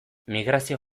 migrazio